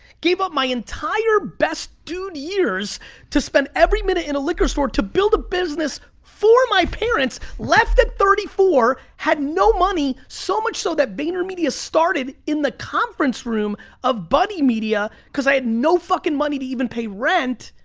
gave up my entire best dude years to spend every minute in a liquor store to build a business for my parents, left at thirty four, had no money, so much so that vaynermedia started in the conference room of buddy media, cause i had no fucking money to even pay rent.